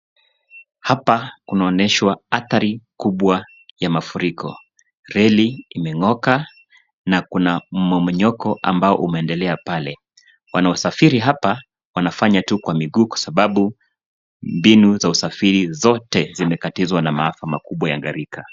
Hapa kunaonyeshwa athari kubwa ya mafuriko. Reli imeng'oka na kuna mmomonyoko ambao umeendelea pale. Wanaosafiri hapa wanafanya tu kwa miguu kwa sababu mbinu za usafiri zote zimekatizwa na maafa makubwa ya gharika.